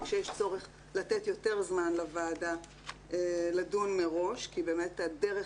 שיש צורך לתת יותר זמן לוועדה לדון מראש כי באמת הדרך